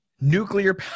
Nuclear